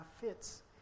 fits